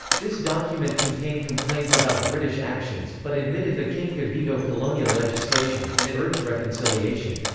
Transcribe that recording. this document contained complaints about british actions, but admitted the king could veto colonial legislation, and it urged reconciliation.